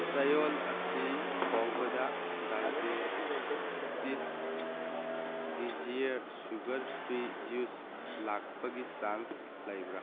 ꯆꯌꯣꯜ ꯑꯁꯤ ꯐꯥꯎꯕꯗ ꯗꯥꯏꯕꯦꯇꯤꯁ ꯗꯤꯖꯤꯌꯔ ꯁꯨꯒꯔ ꯐ꯭ꯔꯤ ꯌꯨꯁ ꯂꯥꯛꯄꯒꯤ ꯆꯥꯟꯁ ꯂꯩꯕ꯭ꯔ